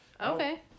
Okay